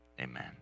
amen